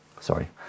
Sorry